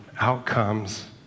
outcomes